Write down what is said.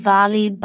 Valley